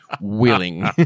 willing